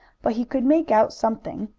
but he could make out something.